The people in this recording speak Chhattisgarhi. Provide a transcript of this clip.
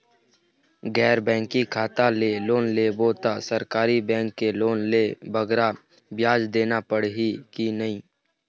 गैर बैंकिंग शाखा ले लोन लेबो ता सरकारी बैंक के लोन ले बगरा ब्याज देना पड़ही ही कि नहीं?